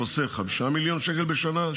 חוסך 5 מיליון שקלים בשנה,